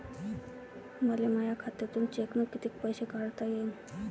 मले माया खात्यातून चेकनं कितीक पैसे काढता येईन?